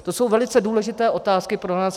To jsou velice důležité otázky pro nás.